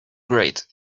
great